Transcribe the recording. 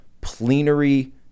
plenary